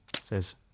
says